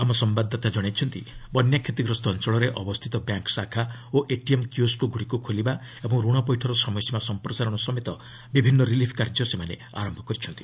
ଆମ ସମ୍ଭାଦଦାତା ଜଣାଇଛନ୍ତି ବନ୍ୟା କ୍ଷତିଗ୍ରସ୍ତ ଅଞ୍ଚଳରେ ଅବସ୍ଥିତ ବ୍ୟାଙ୍କ ଶାଖା ଓ ଏଟିଏମ୍ କିଓସ୍କୋଗୁଡ଼ିକୁ ଖୋଲିବା ଏବଂ ରଣ ପଇଠର ସମୟସୀମା ସଂପ୍ରସାରଣ ସମେତ ବିଭିନ୍ନ ରିଲିଫ୍ କାର୍ଯ୍ୟ ସେମାନେ ଆରମ୍ଭ କରିଛନ୍ତି